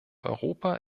europa